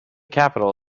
capital